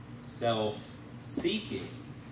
self-seeking